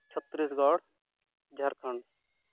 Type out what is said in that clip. Chhattisgarh Jharkhand